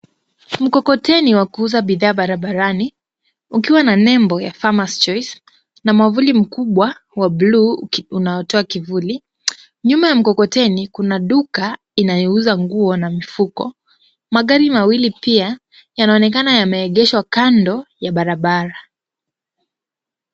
Mkokoteni wa kuuza bidhaa barabarani, ukiwa na nembo ya Farmers Choice na mwavuli mkubwa wa buluu unaotoa kivuli. Nyuma ya mkokoteni kuna duka inayouza nguo na mifuko. Magari mawili pia yanaonekana yameegeshwa kando ya barabara.